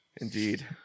Indeed